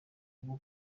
bwo